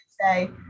say